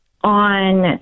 on